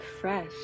fresh